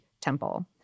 Temple